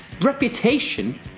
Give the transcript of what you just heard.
reputation